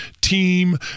team